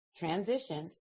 transitioned